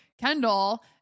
Kendall